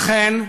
אכן,